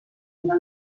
una